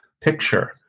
picture